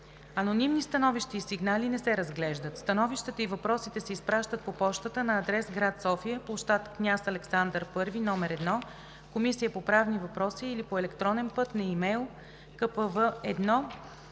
Анонимни становища и сигнали не се разглеждат. Становищата и въпросите се изпращат по пощата на адрес: град София, площад „Княз Александър I“ № 1, Комисия по правни въпроси, или по електронен път на e-mail: